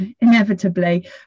inevitably